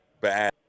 bad